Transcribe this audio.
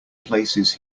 places